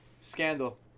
Scandal